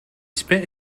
spent